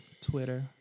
Twitter